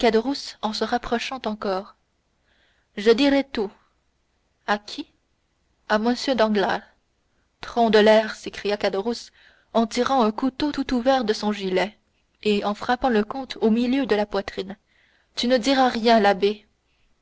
en se rapprochant encore je dirai tout à qui à m danglars tron de l'air s'écria caderousse en tirant un couteau tout ouvert de son gilet et en frappant le comte au milieu de la poitrine tu ne diras rien l'abbé